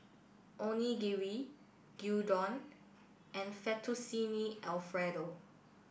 Onigiri Gyudon and Fettuccine Alfredo